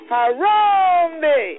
Harambe